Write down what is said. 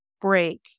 break